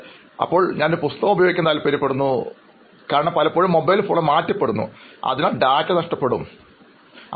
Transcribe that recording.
എന്നാൽ ഇപ്പോൾ ഞാൻ പുസ്തകം ഉപയോഗിക്കാൻ താല്പര്യപ്പെടുന്നു കാരണം പലപ്പോഴും മൊബൈൽ ഫോണുകൾ മാറ്റപ്പെടുന്നു അതിനാൽ ഡാറ്റ നഷ്ടപ്പെടും എന്ന് കരുതുന്നു